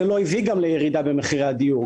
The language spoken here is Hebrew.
זה גם לא הביא לירידה במחירי הדיור,